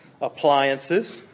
Appliances